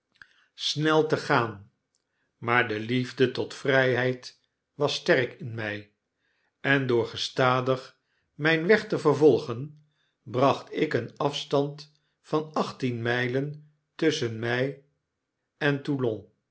snel te gaan maar de liefde tot vryheid was sterk in my en door gestadig myn weg te vervolgen bracht ik een afstand van achttien mylen tusschen mij en